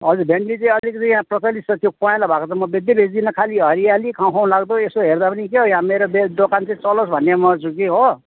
हजुर भिन्डी चाहिँ अलिकति यहाँ प्रचलित छ त्यो पहेँलो भएको त म बेच्दै बेच्दिन खाली हरियाली खाउँ खाउँ लाग्दो यसो हेर्दा पनि क्यौ यहाँ मेरो बेच् दोकान चाहिँ यहाँ चलोस् भन्ने म छु कि हो